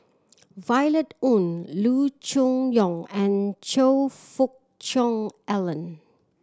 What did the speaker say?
Violet Oon Loo Choon Yong and Choe Fook Cheong Alan